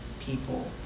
people